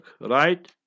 right